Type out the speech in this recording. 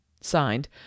Signed